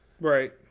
right